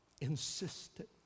insisted